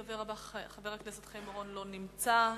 הדובר הבא, חבר הכנסת חיים אורון, לא נמצא.